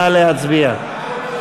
נא להצביע.